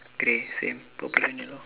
grey same purple and yellow